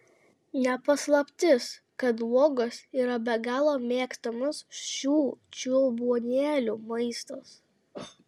ne paslaptis kad uogos yra be galo mėgstamas šių čiulbuonėlių maistas